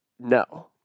no